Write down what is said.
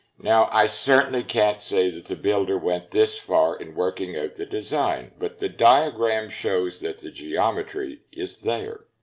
now, i certainly can't say that the builder went this far in working out the design, but the diagram shows that the geometry is there.